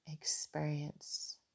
experience